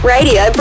Radio